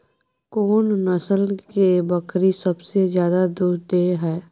कोन नस्ल के बकरी सबसे ज्यादा दूध दय हय?